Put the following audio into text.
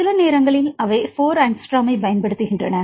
சில நேரங்களில் அவை 4 ஆங்ஸ்ட்ரோமைப் பயன்படுத்துகின்றன